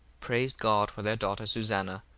praised god for their daughter susanna,